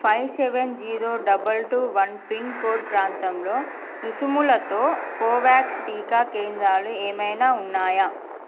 five seven zero double two one pin code ప్రాంతంలో రుసుములతో Covovax టీకా కేంద్రాలు ఏవైనా ఉన్నాయా